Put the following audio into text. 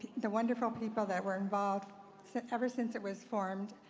the wonderful people that were involved ever since it was formed,